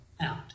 out